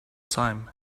time